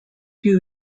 few